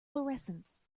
fluorescence